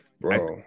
Bro